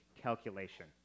calculation